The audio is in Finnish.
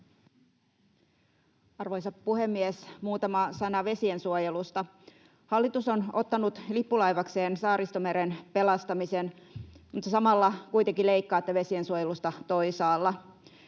Arvoisa puhemies! Muutama sana vesiensuojelusta. Hallitus on ottanut lippulaivakseen Saaristomeren pelastamisen, mutta samalla kuitenkin leikkaatte vesiensuojelusta toisaalla.